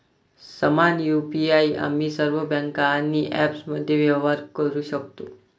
समान यु.पी.आई आम्ही सर्व बँका आणि ॲप्समध्ये व्यवहार करू शकतो